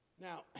Now